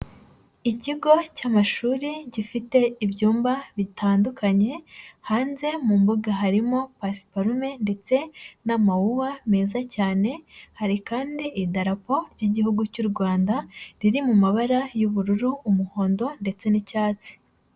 Ikigo cy'amashuri gifite ibyumba bitandukanye, hanze mu mbuga harimo pasiparume ndetse n'amawuwa meza cyane, hari kandi Idarapo ry'Igihugu cy'u Rwanda riri mu mabara y'ubururu, umuhondo ndetse n'icyatsi.